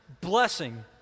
blessing